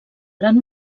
gran